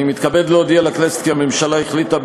אני מתכבד להודיע לכנסת כי הממשלה החליטה,